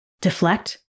Deflect